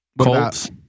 Colts